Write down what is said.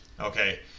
Okay